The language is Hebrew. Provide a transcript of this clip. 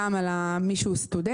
גם על מי שהוא סטודנט.